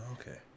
okay